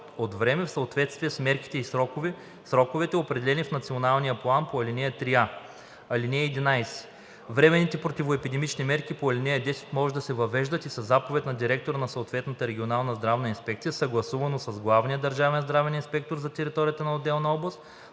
Временните противоепидемични мерки по ал. 10 може да се въвеждат и със заповед на директора на съответната регионална здравна инспекция съгласувано с главния държавен здравен инспектор за територията на отделна област,